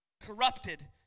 corrupted